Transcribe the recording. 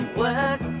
work